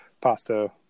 Pasta-